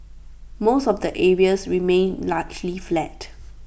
most of the areas remained largely flat